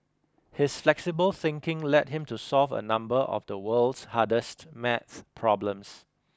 his flexible thinking led him to solve a number of the world's hardest math problems